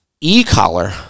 e-collar